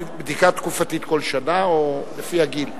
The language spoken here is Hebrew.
בדיקה תקופתית כל שנה או לפי הגיל?